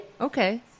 Okay